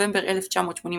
נובמבר 1983,